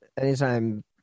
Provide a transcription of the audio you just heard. anytime